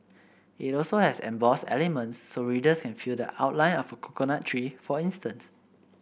it also has embossed elements so readers can feel the outline of a coconut tree for instance